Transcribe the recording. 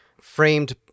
framed